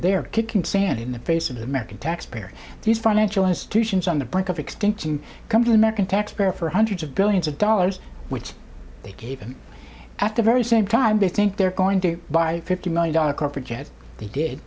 they're kicking sand in the face of the american taxpayer these financial institutions on the brink of extinction come to the american taxpayer for hundreds of billions of dollars which they gave them after very same time they think they're going to buy fifty million dollars corporate jet they did